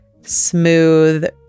smooth